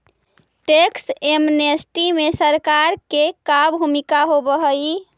tax amnesty में सरकार के का भूमिका होव हई